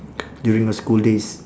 during your school days